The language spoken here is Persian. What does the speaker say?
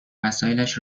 وسایلش